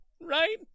right